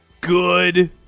Good